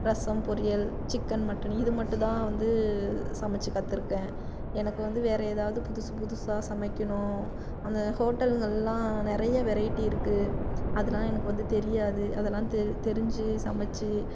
ரசம் பொரியல் chicken mutton இதுமட்டும்தான் வந்து சமைத்து கற்றிருக்கேன் எனக்கு வந்து வேறு ஏதாவது புதுசு புதுசாக சமைக்கணும் அந்த ஹோட்டலுங்களெலாம் நிறைய வெரைட்டி இருக்குது அதெல்லாம் எனக்கு வந்து தெரியாது அதெல்லாம் தெரி தெரிஞ்சு சமைத்து